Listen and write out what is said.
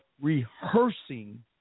rehearsing